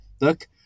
look